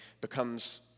becomes